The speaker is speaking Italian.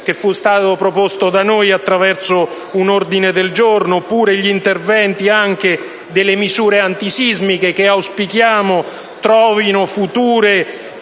che sono stati richiamati da noi attraverso un ordine del giorno, oppure gli interventi sulle misure antisismiche, che auspichiamo trovino future